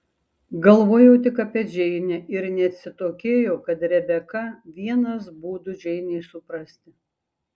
galvojau tik apie džeinę ir neatsitokėjau kad rebeka vienas būdų džeinei suprasti